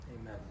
Amen